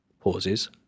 pauses